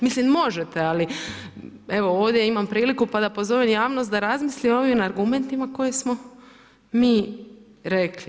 Mislim možete, ali, evo ovdje imam priliku pa da pozovem javnost da razmisli o ovim argumentima koje smo mi rekli.